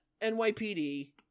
NYPD